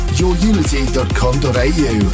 yourunity.com.au